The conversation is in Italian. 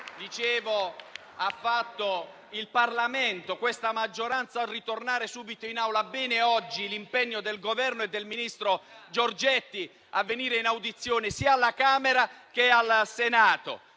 dicevo - hanno fatto il Parlamento e questa maggioranza a ritornare subito in Aula. Bene oggi l'impegno del Governo e del ministro Giorgetti a venire in audizione sia alla Camera che al Senato.